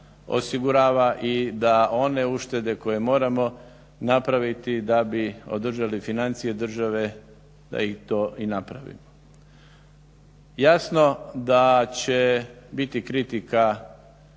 osigurava i da one uštede koje moramo napraviti da bi održali financije države da to i napravimo. Jasno da će biti kritika